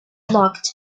knocked